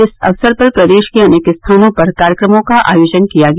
इस अक्सर पर प्रदेश के अनेक स्थानों पर कार्यक्रमों का आयोजन किया गया